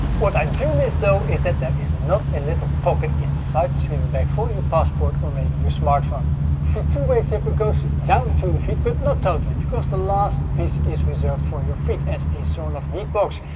what i do miss though is that there is not a little pocket inside the sleeping bag for your passport or maybe your smart phone. the two-way zipper goes down to your feet, but not totally, because the last piece is reserved for your feet, as a sort of heat box.